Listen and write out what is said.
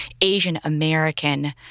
Asian-American